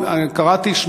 קראתי,